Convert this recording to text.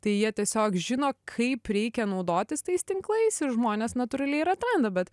tai jie tiesiog žino kaip reikia naudotis tais tinklais ir žmonės natūraliai ir atranda bet